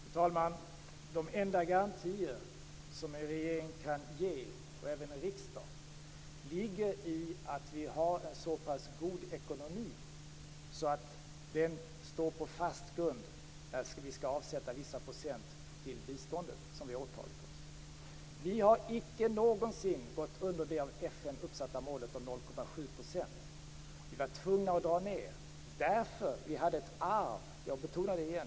Fru talman! De enda garantier som en regering och även en riksdag kan ge ligger i att vi har en så pass god ekonomi att den står på en fast grund när vi skall avsätta vissa procent till biståndet, som vi har åtagit oss. Vi har icke någonsin gått under det av FN uppsatta målet om 0,7 %. Vi var tvungna att dra ned därför att vi hade ett arv - jag betonar det igen.